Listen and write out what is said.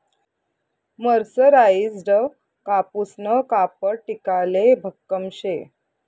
मरसराईजडं कापूसनं कापड टिकाले भक्कम शे